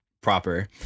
proper